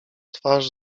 twarz